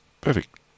Perfect